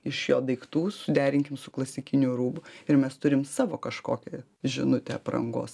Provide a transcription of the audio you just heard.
iš jo daiktų suderinkim su klasikiniu rūbu ir mes turim savo kažkokią žinutę aprangos